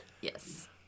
Yes